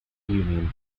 union